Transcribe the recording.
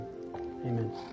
Amen